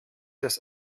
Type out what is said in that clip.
das